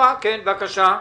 בבקשה.